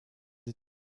des